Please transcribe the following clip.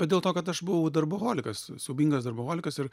bet dėl to kad aš buvau darboholikas siaubingas darboholikas ir